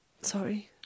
Sorry